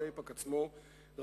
והארגון הזה עצמו,